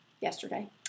yesterday